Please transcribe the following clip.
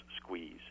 squeeze